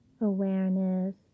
Awareness